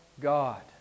God